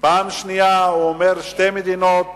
פעם שנייה, הוא אומר: שתי מדינות,